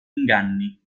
inganni